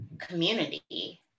community